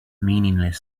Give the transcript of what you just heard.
meaningless